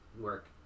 work